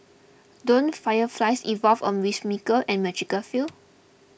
don't fireflies involve a whimsical and magical feel